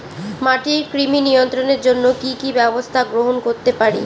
মাটির কৃমি নিয়ন্ত্রণের জন্য কি কি ব্যবস্থা গ্রহণ করতে পারি?